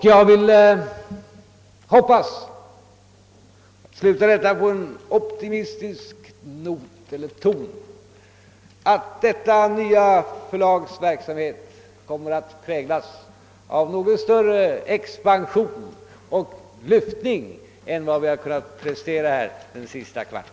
Jag vill avsluta detta anförande i en optimistisk ton genom att uttrycka en förhoppning om att detta nya förlags verksamhet kommer att präglas av något större expansion och lyftning än vad vi har kunnat prestera här under den senaste kvarten.